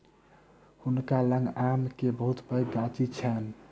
हुनका लग आम के बहुत पैघ गाछी छैन